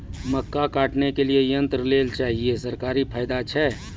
मक्का काटने के लिए यंत्र लेल चाहिए सरकारी फायदा छ?